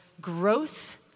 growth